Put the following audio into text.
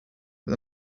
but